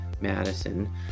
Madison